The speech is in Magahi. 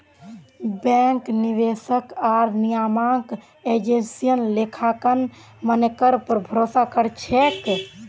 बैंक, निवेशक आर नियामक एजेंसियां लेखांकन मानकेर पर भरोसा कर छेक